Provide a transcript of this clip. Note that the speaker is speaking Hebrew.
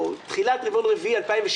או תחילת רבעון רביעי 2017,